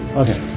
okay